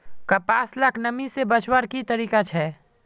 कपास लाक नमी से बचवार की तरीका छे?